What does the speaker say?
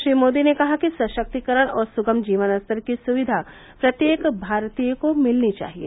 श्री मोदी ने कहा कि सशक्तीकरण और सुगम जीवन स्तर की सुविधा प्रत्येक भारतीय को मिलनी चाहिए